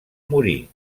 morir